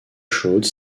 chaude